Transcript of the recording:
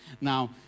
Now